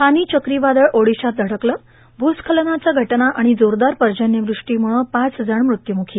फानी चक्रीवादळ ओडिशात धडकलं भूस्खलनाच्या घटना आणि जोरदार पर्जन्यवृष्टीम्रळं पाच जण मृत्युमुखी